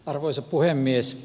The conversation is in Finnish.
arvoisa puhemies